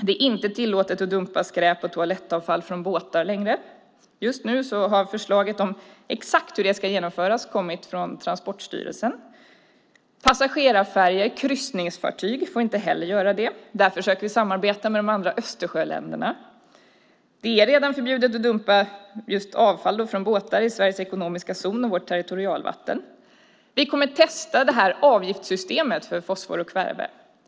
Det är inte längre tillåtet att dumpa skräp och toalettavfall från båtar; alldeles nyligen har förslaget om exakt hur det ska genomföras kommit från Transportstyrelsen. Passagerarfärjor och kryssningsfartyg får inte heller göra det. Därför försöker vi samarbeta med de övriga Östersjöländerna. Det är redan förbjudet att dumpa avfall från båtar i Sveriges ekonomiska zon och i vårt territorialvatten. Vi kommer att testa avgiftssystemet för fosfor och kväve.